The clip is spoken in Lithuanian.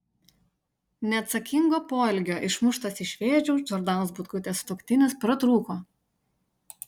neatsakingo poelgio išmuštas iš vėžių džordanos butkutės sutuoktinis pratrūko